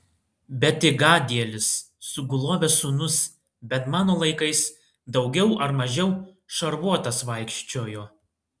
bet ir gadielis sugulovės sūnus bent mano laikais daugiau ar mažiau šarvuotas vaikščiojo